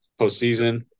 postseason